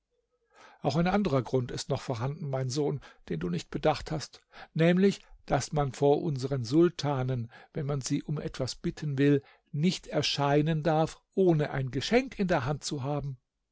auch ein anderer grund ist noch vorhanden mein sohn den du nicht bedacht hast nämlich daß man vor unsern sultanen wenn man sie um etwas bitten will nicht erscheinen darf ohne ein geschenk in der hand zu haben